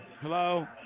Hello